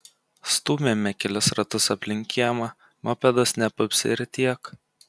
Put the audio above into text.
stūmėme kelis ratus aplink kiemą mopedas nepupsi ir tiek